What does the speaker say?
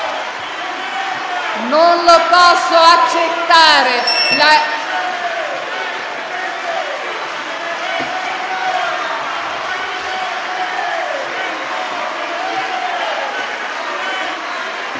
Non lo posso accettare!